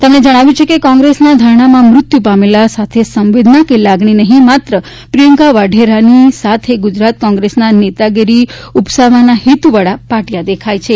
તેમણે જણાવ્યું છે કે કોંગ્રેસના ધરણામાં મૃત્યુ પામેલ સાથે સંવેદના કે લાગણી નહીં માત્ર પ્રિયંકા વાઢેરાની સાથે ગુજરાત કોંગ્રેસના નેતાગીરી ઉપસાવાના હેતુ વાળા પાટિયા દેખાય છે